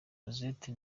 rosette